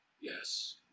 Yes